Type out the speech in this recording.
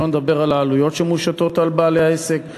שלא נדבר על העלויות שמושתות על בעלי העסק.